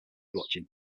watching